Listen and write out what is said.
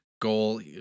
goal